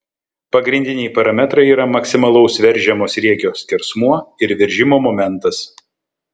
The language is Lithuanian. pagrindiniai parametrai yra maksimalaus veržiamo sriegio skersmuo ir veržimo momentas